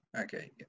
okay